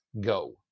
go